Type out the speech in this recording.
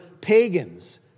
pagans